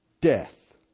death